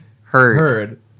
Heard